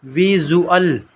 visual